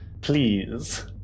please